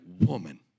woman